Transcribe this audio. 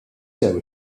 sew